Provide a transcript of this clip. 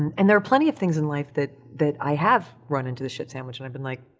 and there are plenty of things in life that, that i have run into the shit sandwich and i've been like,